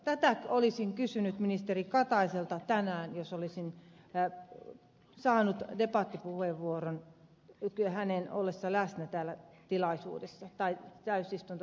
tätä olisin kysynyt ministeri kataiselta tänään jos olisin saanut debattipuheenvuoron hänen ollessaan läsnä täällä täysistuntosalissa